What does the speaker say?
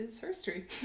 history